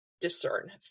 discern